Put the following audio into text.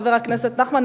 חבר הכנסת נחמן,